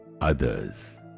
others